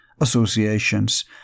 associations